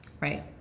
Right